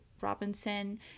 Robinson